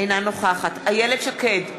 אינה נוכחת איילת שקד,